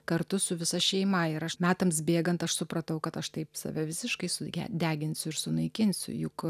kartu su visa šeima ir aš metams bėgant aš supratau kad aš taip save visiškai suge deginsiu ir sunaikinsiu juk